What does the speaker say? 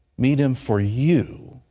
meet him for you.